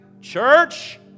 Church